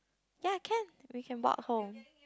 ya can we can walk home